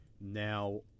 Now